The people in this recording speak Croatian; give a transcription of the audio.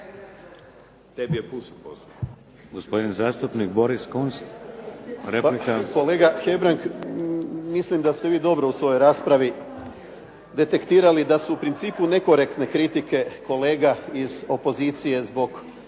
Gospodin zastupnik Gordan